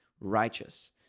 righteous